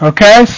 Okay